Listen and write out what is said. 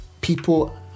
people